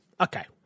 Okay